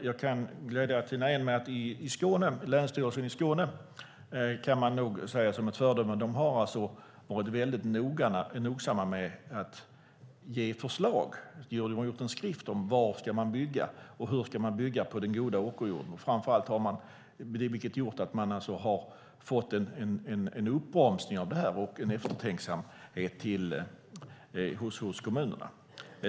Jag kan glädja Tina Ehn med att Länsstyrelsen i Skåne nog kan sägas vara ett föredöme. De har alltså varit väldigt noggranna med att ge förslag. De har gjort en skrift om var man ska bygga och hur man ska bygga på den goda åkerjorden. Detta har gjort att man har fått en uppbromsning av detta och en eftertänksamhet hos kommunerna.